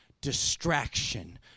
distraction